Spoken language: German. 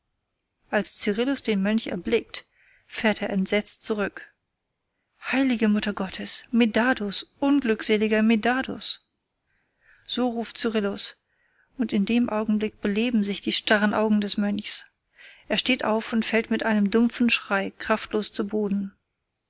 als cyrillus den mönch erblickt fährt er entsetzt zurück heilige mutter gottes medardus unglückseliger medardus so ruft cyrillus und in dem augenblick beleben sich die starren augen des mönchs er steht auf und fällt mit einem dumpfen schrei kraftlos zu boden